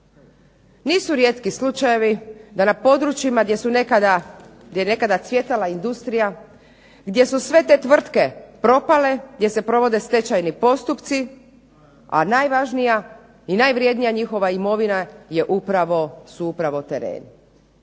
Nisu rijetki slučajevi da na područjima gdje je nekada cvjetala industrija, gdje su sve te tvrtke propale, gdje se provode stečajni postupci a najvažnija i najvrednija njihova imovina su upravo tereni.